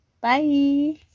bye